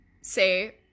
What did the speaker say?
say